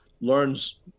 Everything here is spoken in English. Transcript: learns